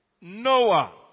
Noah